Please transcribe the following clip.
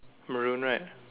maroon right